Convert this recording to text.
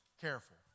careful